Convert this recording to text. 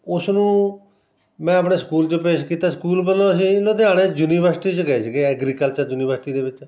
ਉਸ ਨੂੰ ਮੈਂ ਆਪਣੇ ਸਕੂਲ 'ਚ ਪੇਸ਼ ਕੀਤਾ ਸਕੂਲ ਵੱਲੋਂ ਇਹ ਲੁਧਿਆਣੇ ਯੂਨੀਵਰਸਿਟੀ 'ਚ ਗਏ ਸੀਗੇ ਐਗਰੀਕਲਚਰ ਯੂਨੀਵਰਸਿਟੀ ਦੇ ਵਿੱਚ